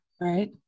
right